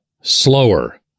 slower